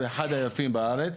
אחד היפים בארץ,